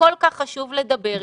שכל כך חשוב לדבר אתו,